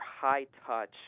high-touch